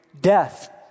death